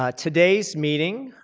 ah today's meeting,